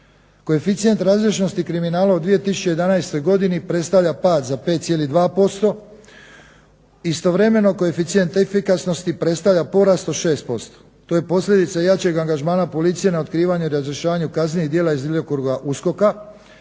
Koeficijent razriješenost kriminala u 2011. godini predstavlja pad za 5,2% istovremeno koeficijent efikasnosti predstavlja porast od 65. To je posljedica jačeg angažmana policije na otkrivanju i razrješenju kaznenih djela iz djelokruga